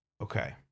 Okay